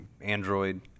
Android